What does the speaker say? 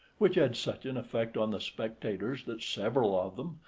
which had such an effect on the spectators that several of them,